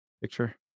Picture